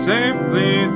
Safely